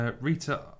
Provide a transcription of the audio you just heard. Rita